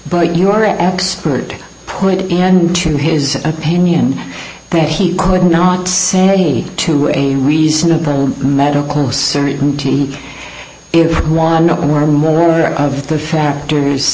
but your expert pointed to his opinion that he could not say to a reasonable medical certainty if nothing or more of the factors